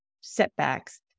setbacks